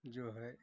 जो है